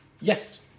Yes